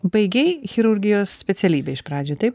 baigei chirurgijos specialybę iš pradžių taip